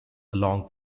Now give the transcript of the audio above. along